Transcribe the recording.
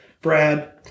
Brad